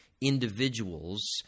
individuals